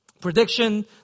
Prediction